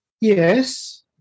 Yes